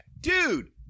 Dude